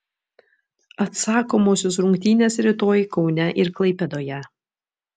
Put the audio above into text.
atsakomosios rungtynės rytoj kaune ir klaipėdoje